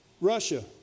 Russia